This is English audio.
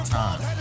time